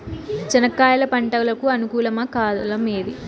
చెనక్కాయలు పంట కు అనుకూలమా కాలం ఏది?